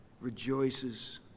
rejoices